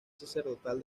sacerdotal